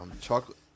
Chocolate